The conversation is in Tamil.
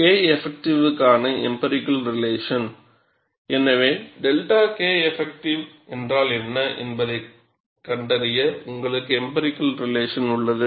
Keffகான எம்பிரிக்கல் ரிலேஷன் எனவே 𝜹 Keff என்றால் என்ன என்பதைக் கண்டறிய உங்களுக்கு எம்பிரிக்கல் ரிலேஷன் உள்ளன